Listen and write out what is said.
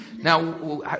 Now